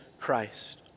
Christ